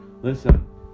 Listen